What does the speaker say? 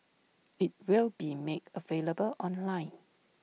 IT will be made available online